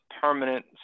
permanent